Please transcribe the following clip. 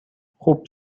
خوب